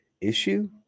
issue